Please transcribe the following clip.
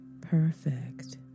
perfect